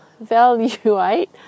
evaluate